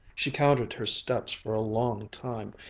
she counted her steps for a long time,